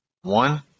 One